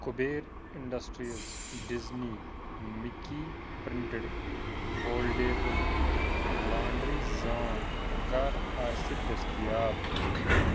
Kuber industries Disney Mickey printed foldable laundry زان کَر آسہِ دٔستِیاب